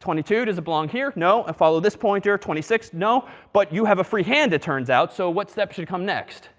twenty two, does it belong here? no. i follow this pointer, twenty six? no. but you have a free hand, it turns out. so what step should come next?